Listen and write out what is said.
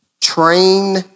train